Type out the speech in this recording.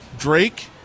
Drake